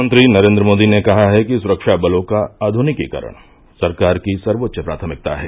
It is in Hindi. प्रधानमंत्री नरेंद्र मोदी ने कहा है कि सुरक्षा बलों का आधुनिकीकरण सरकार की सर्वोच्च प्राथमिकता है